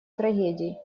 трагедий